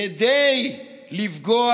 כדי לפגוע